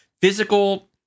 physical